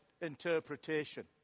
interpretation